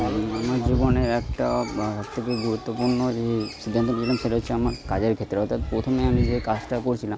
আমার জীবনে একটা সবথেকে গুরুত্বপূর্ণ যে সিদ্ধান্ত নিয়েছিলাম সেটা হচ্ছে আমার কাজের ক্ষেত্রে অর্থাৎ প্রথমে আমি যে কাজটা করছিলাম